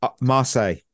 Marseille